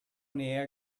many